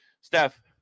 steph